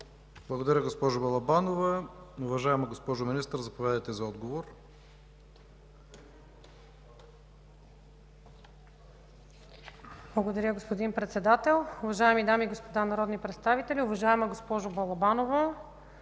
Благодаря Ви, госпожо Балабанова. Уважаема госпожо Министър, заповядайте за отговор. МИНИСТЪР ЛИЛЯНА ПАВЛОВА: Благодаря, господин Председател. Уважаеми дами и господа народни представители, уважаема госпожо Балабанова!